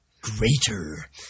Greater